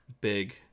big